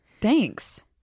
Thanks